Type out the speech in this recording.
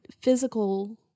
physical